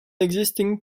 existing